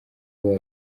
babo